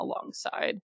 alongside